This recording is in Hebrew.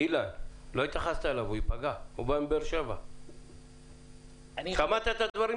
כאשר יש אבטלה גבוהה ודמי האבטלה הם 70% מהשכר שמקבלים,